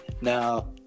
now